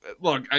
Look